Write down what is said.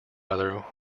other